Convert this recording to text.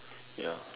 ya